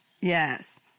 Yes